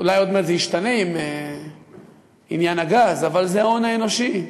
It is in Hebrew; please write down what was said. אולי זה ישתנה עם עניין הגז, זה ההון האנושי.